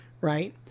Right